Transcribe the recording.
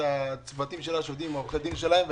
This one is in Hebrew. את הצוותים שלה שעובדים עם עורכי הדין שלהם.